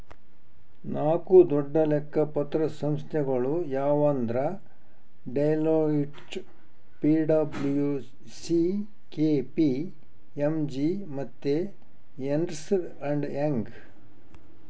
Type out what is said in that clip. ನಾಕು ದೊಡ್ಡ ಲೆಕ್ಕ ಪತ್ರ ಸಂಸ್ಥೆಗುಳು ಯಾವಂದ್ರ ಡೆಲೋಯ್ಟ್, ಪಿ.ಡಬ್ಲೂ.ಸಿ.ಕೆ.ಪಿ.ಎಮ್.ಜಿ ಮತ್ತೆ ಎರ್ನ್ಸ್ ಅಂಡ್ ಯಂಗ್